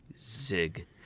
Zig